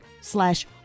slash